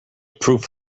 proof